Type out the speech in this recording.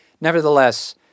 nevertheless